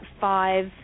five